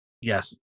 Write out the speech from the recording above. Yes